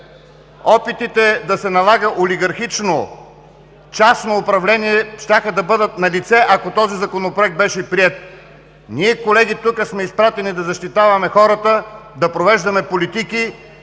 опитите да се налага олигархично, частно управление щяха да бъдат налице, ако този Законопроект беше приет. Колеги, ние сме изпратени тук да защитаваме хората, да провеждаме политики